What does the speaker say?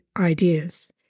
ideas